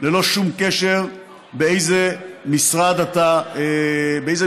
ללא שום קשר באיזה משרה אתה נושא,